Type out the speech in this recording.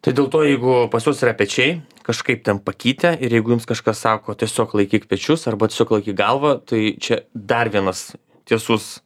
tai dėl to jeigu pas jus yra pečiai kažkaip ten pakitę ir jeigu jums kažkas sako tiesiog laikyk pečius arba tsiog laikyk galvą tai čia dar vienas tiesus